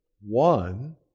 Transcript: one